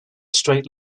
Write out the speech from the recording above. straight